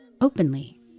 openly